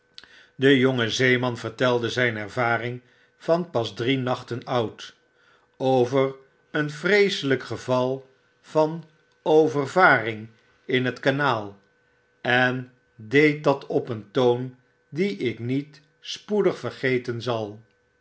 de jonge zeeman vertelde zyn ervaring van pas drie nachten oud over een vreeselyk geval van overvaring in het kanaal en deed dat op een toon dien ik niet spoedig vergeten zal